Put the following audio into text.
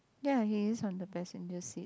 ya he is on the passenger seat